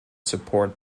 support